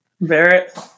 Barrett